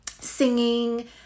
singing